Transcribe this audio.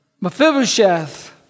Mephibosheth